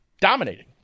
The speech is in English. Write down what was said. dominating